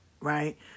right